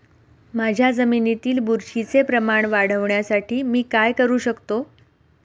माझ्या जमिनीत बुरशीचे प्रमाण वाढवण्यासाठी मी काय करू शकतो?